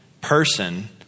person